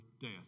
death